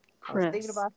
Chris